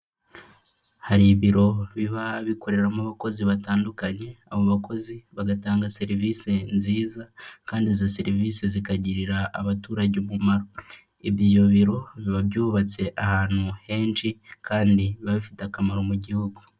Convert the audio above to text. Hari ibiro biba bikoreramo abakozi batandukanye, abo bakozi bagatanga serivise nziza kandi izo serivise zikagirira abaturage umumaro, ibyo biro biba byubatse ahantu henshi kandi biba bifite akamaro mu gihugu.